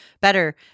Better